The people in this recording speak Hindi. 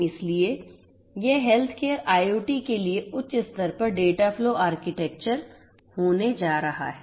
इसलिए यह हेल्थकेयर IOT के लिए उच्च स्तर पर डेटाफ्लो आर्किटेक्चर होने जा रहा है